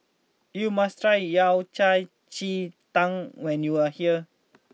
you must try Yao Cai Ji Tang when you are here